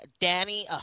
Danny